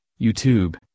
YouTube